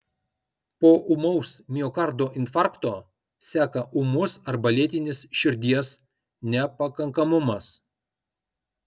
po ūmaus miokardo infarkto seka ūmus arba lėtinis širdies nepakankamumas